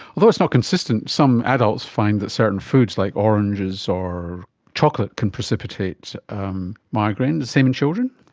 although it's not consistent, some adults find that certain foods like oranges or chocolate can precipitate migraine. the same in children?